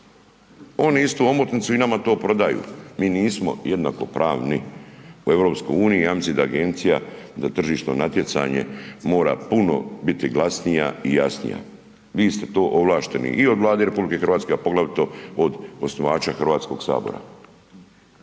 Oni istu omotnicu i nama to prodaju. Mi nismo jednakopravni u EU. Ja mislim da agencija da tržišno natjecanje mora puno biti glasnija i jasnija. Vi ste to ovlašteni i od Vlade RH, a poglavito od osnivača Hrvatskog sabora.